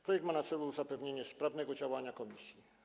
Projekt ma na celu zapewnienie sprawnego działania komisji.